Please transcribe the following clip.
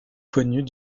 connue